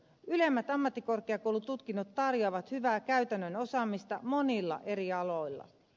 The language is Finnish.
ylemmät ammattikorkeakoulututkinnot tarjoavat hyvää käytännön osaamista monilla eri aloilla